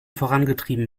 vorangetrieben